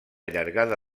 llargada